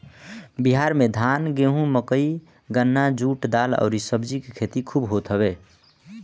बिहार में धान, गेंहू, मकई, गन्ना, जुट, दाल अउरी सब्जी के खेती खूब होत हवे